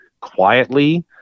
quietly